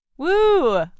Woo